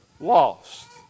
lost